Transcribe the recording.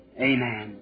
Amen